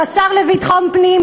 שהשר לביטחון פנים,